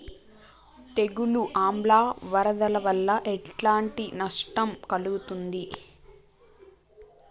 తెగులు ఆమ్ల వరదల వల్ల ఎలాంటి నష్టం కలుగుతది?